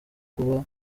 kuba